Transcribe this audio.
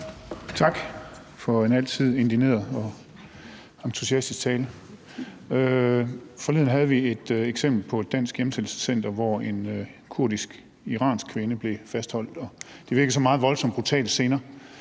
Tak for en som altid indigneret og entusiastisk tale. Forleden så vi et eksempel fra et dansk hjemsendelsescenter, hvor en kurdisk-iransk kvinde blev fastholdt, og det virkede som nogle meget voldsomme og brutale scener.